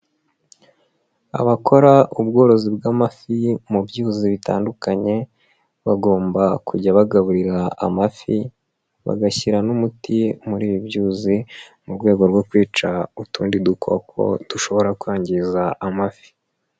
Abakora ubworozi bw'amafi mu byuzi bitandukanye bagomba kujya bagaburira amafi, bagashyira n'umuti muri ibi byuzi mu rwego rwo kwica utundi dukoko dushobora kwangiza amafi.